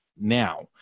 now